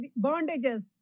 bondages